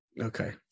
Okay